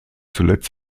zuletzt